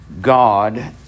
God